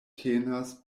tenas